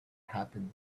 happen